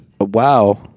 Wow